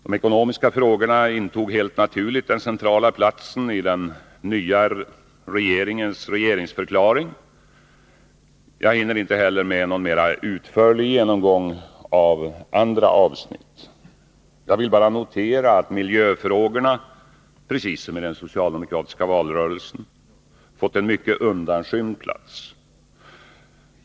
De ekonomiska frågorna intog helt naturligt den centrala platsen i den nya regeringens regeringsförklaring. Jag hinner inte heller med någon mera utförlig genomgång av andra avsnitt. Jag vill bara notera att miljöfrågorna, precis som i den socialdemokratiska valrörelsen, har fått en mycket undanskymd plats.